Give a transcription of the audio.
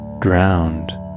drowned